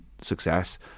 success